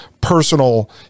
personal